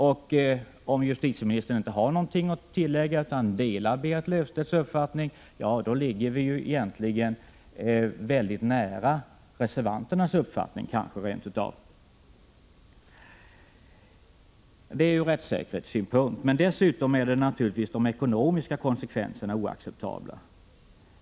Om justitieministern inte har något att tillägga utan delar Berit Löfstedts uppfattning, ligger den egentligen rent av mycket nära reservanternas uppfattning. Det var om rättssäkerhetsaspekterna. Dessutom är de ekonomiska konsekvenserna oacceptabla.